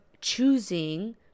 choosing